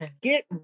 Get